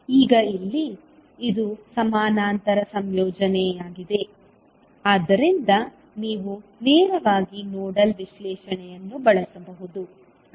ಈಗ ಇಲ್ಲಿ ಇದು ಸಮಾನಾಂತರ ಸಂಯೋಜನೆಯಾಗಿದೆ ಆದ್ದರಿಂದ ನೀವು ನೇರವಾಗಿ ನೋಡಲ್ ವಿಶ್ಲೇಷಣೆಯನ್ನು ಬಳಸಬಹುದು